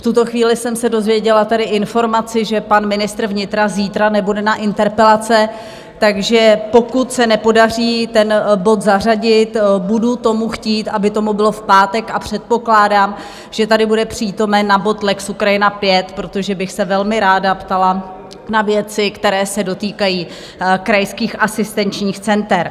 V tuto chvíli jsem se dozvěděla tady informaci, že pan ministr vnitra zítra nebude na interpelace, takže pokud se nepodaří ten bod zařadit, budu tomu chtít, aby tak bylo v pátek, a předpokládám, že tady bude přítomen na bod lex Ukrajina V, protože bych se velmi ráda ptala na věci, které se dotýkají krajských asistenčních center.